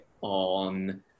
on